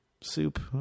soup